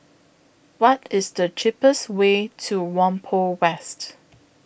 What IS The cheapest Way to Whampoa West